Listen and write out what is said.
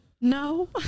No